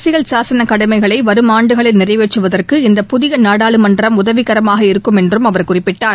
அரசியல் சாசன கடமைகளை வரும் ஆண்டுகளில் நிறைவேற்றுவதற்கு இந்த புதிய நாடாளுமன்றம் உதவிகரமாக இருக்கும் என்றும் அவர் குறிப்பிட்டார்